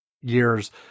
years